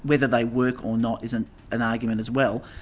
whether they work or not is an an argument as well,